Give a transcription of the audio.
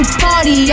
party